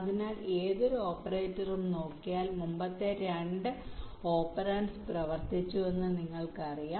അതിനാൽ ഏതൊരു ഓപ്പറേറ്ററും നോക്കിയാൽ മുമ്പത്തെ 2 ഓപെറാൻഡ്സ് പ്രവർത്തിച്ചുവെന്ന് നിങ്ങൾക്കറിയാം